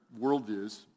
worldviews